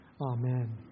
Amen